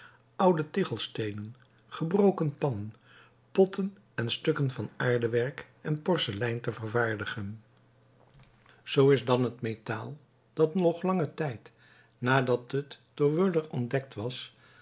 oude tichelsteenen gebroken pannen potten en stukken van aardewerk en porselein te vervaardigen zoo is dan het metaal dat nog langen tijd nadat het door wöhler ontdekt was